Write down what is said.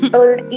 old